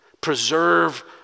Preserve